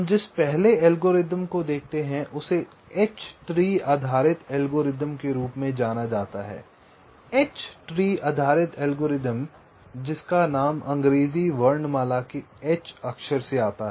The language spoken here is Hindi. हम जिस पहली एल्गोरिथ्म को देखते हैं उसे H ट्री आधारित एल्गोरिथ्म के रूप में जाना जाता है एच ट्री आधारित एल्गोरिथ्म देखें जिसका नाम अंग्रेजी वर्णमाला में H अक्षर से आता है